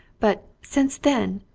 but since then?